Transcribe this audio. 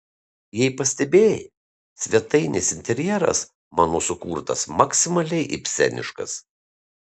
jei pastebėjai svetainės interjeras mano sukurtas maksimaliai ibseniškas